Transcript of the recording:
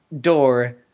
door